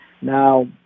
Now